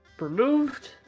removed